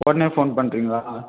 உடனே ஃபோன் பண்ணுறீங்களா